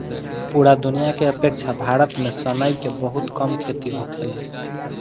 पूरा दुनिया के अपेक्षा भारत में सनई के बहुत कम खेती होखेला